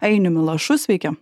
ainiumi lašu sveiki